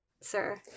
sir